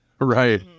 Right